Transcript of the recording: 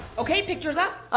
okay, pictures up!